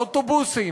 האוטובוסים,